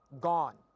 gone